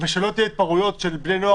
ושלא יהיו התפרעויות של בני נוער או